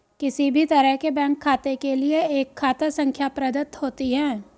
किसी भी तरह के बैंक खाते के लिये एक खाता संख्या प्रदत्त होती है